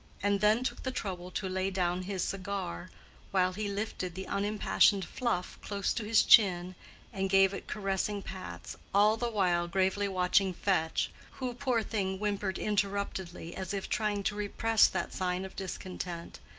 and then took the trouble to lay down his cigar while he lifted the unimpassioned fluff close to his chin and gave it caressing pats, all the while gravely watching fetch, who, poor thing, whimpered interruptedly, as if trying to repress that sign of discontent,